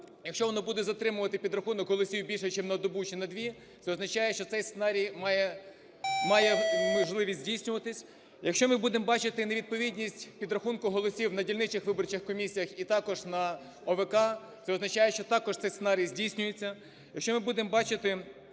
якщо воно буде затримувати підрахунок голосів більше чим на добу чи на дві, це означає, що цей сценарій має можливість здійснюватись. Якщо ми будемо бачити невідповідність підрахунку голосів на дільничних виборчих комісіях, і також на ОВК, це означає, що також цей сценарій здійснюється. Якщо ми будемо бачити